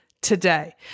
today